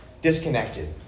Disconnected